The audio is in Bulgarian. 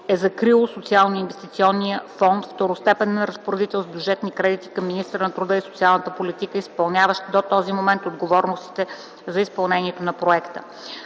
е закрило Социално-инвестиционния фонд – второстепенен разпоредител с бюджетни кредити към министъра на труда и социалната политика, изпълняващ до този момент отговорностите за изпълнението на проекта.